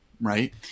right